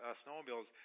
snowmobiles